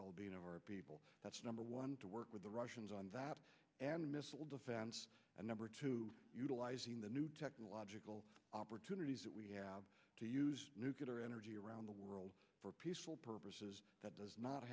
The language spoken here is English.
well being of our people that's number one to work with the russians on top and missile defense and number two utilizing the new technological opportunities that we have a nuclear energy around the world for peaceful purposes that does not